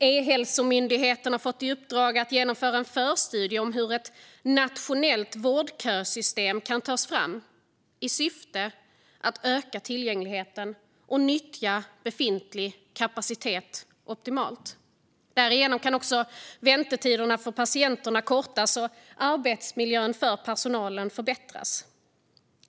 E-hälsomyndigheten har fått i uppdrag att genomföra en förstudie om hur ett nationellt vårdsöksystem kan tas fram i syfte att öka tillgängligheten och nyttja befintlig kapacitet optimalt. Därigenom kan också väntetiderna för patienterna kortas och arbetsmiljön för personalen förbättras.